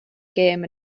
gêm